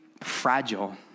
fragile